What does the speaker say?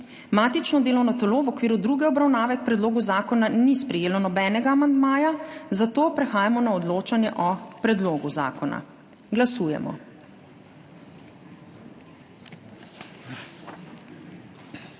Matično delovno telo v okviru druge obravnave k predlogu zakona ni sprejelo nobenega amandmaja, zato prehajamo na odločanje o predlogu zakona. Glasujemo.